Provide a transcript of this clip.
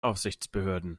aufsichtsbehörden